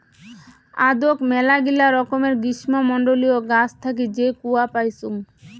আদৌক মেলাগিলা রকমের গ্রীষ্মমন্ডলীয় গাছ থাকি যে কূয়া পাইচুঙ